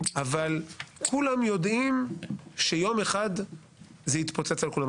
אבל כולם יודעים שיום אחד זה יתפוצץ על כולם.